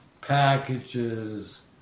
packages